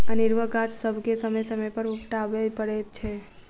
अनेरूआ गाछ सभके समय समय पर उपटाबय पड़ैत छै